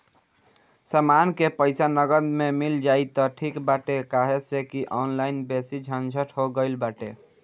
समान के पईसा नगद में मिल जाई त ठीक बाटे काहे से की ऑनलाइन बेसी झंझट हो गईल बाटे